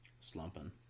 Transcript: slumping